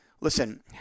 Listen